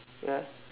ya